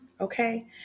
Okay